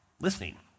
listening